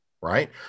right